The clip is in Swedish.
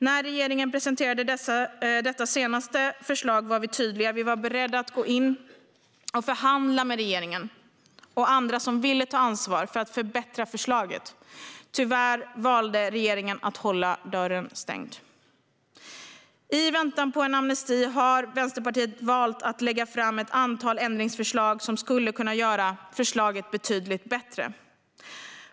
När regeringen presenterade detta senaste förslag var vi tydliga - vi var beredda att gå in och förhandla med regeringen och andra som ville ta ansvar för att förbättra förslaget. Tyvärr valde regeringen att hålla dörren stängd. I väntan på en amnesti har Vänsterpartiet valt att lägga fram ett antal ändringsförslag som skulle kunna göra förslaget betydligt bättre.